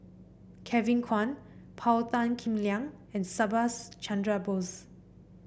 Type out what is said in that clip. Kevin Kwan Paul Tan Kim Liang and Subhas Chandra Bose